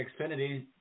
Xfinity